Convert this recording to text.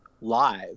live